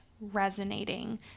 Resonating